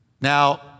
Now